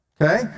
Okay